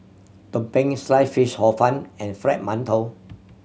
tumpeng Sliced Fish Hor Fun and Fried Mantou